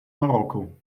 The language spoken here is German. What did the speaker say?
marokko